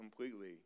completely